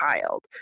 child